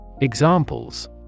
Examples